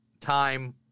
Time